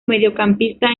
mediocampista